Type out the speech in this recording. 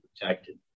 protected